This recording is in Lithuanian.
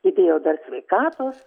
įdėjo dar sveikatos